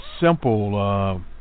simple